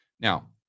Now